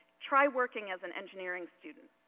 try working as an engineering student.